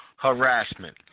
harassment